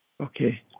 Okay